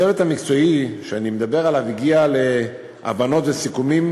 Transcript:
הצוות המקצועי שאני מדבר עליו הגיע להבנות וסיכומים,